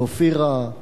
ואופירה,